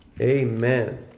Amen